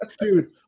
dude